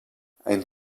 ein